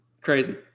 crazy